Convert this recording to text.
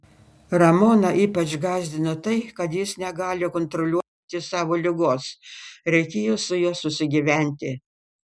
ramoną ypač gąsdino tai kad jis negali kontroliuoti savo ligos reikėjo su ja susigyventi